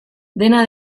dena